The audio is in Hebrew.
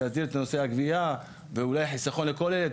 להסדיר את נושא הגבייה ואולי חיסכון לכל ילד,